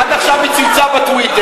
עד עכשיו היא צייצה בטוויטר,